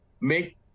make –